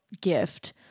gift